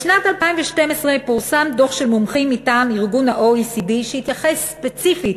בשנת 2012 פורסם דוח של מומחים מטעם ה-OECD שהתייחס ספציפית